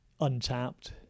untapped